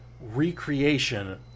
recreation